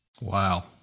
Wow